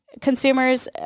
consumers